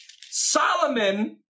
Solomon